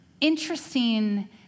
interesting